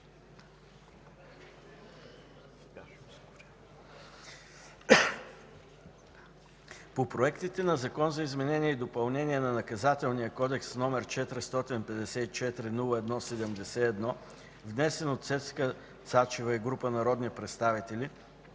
По проектите на Закон за изменение и допълнение на Наказателния кодекс, № 454-01-71, внесен от Цецка Цачева Данговска и група народни представители,